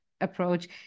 approach